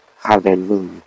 Hallelujah